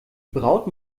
braut